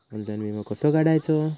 Online विमो कसो काढायचो?